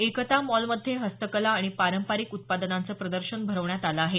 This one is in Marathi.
एकता मॉलमध्ये हस्तकला आणि पारंपरिक उत्पादनांचं प्रदर्शन भरवण्यात आलं आहे